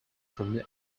from